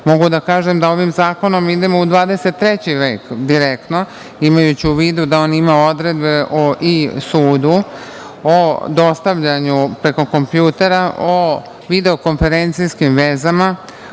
Mogu da kažem da ovim zakonom idemo u 23. vek direktno, imajući u vidu da on ima odredbe i o sudu, o dostavljanju preko kompjutera, o video-konferencijskim vezama,